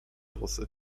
włosy